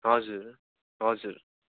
हजुर हजुर